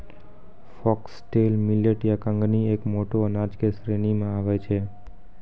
foxtail millet या कंगनी एक मोटो अनाज के श्रेणी मॅ आबै छै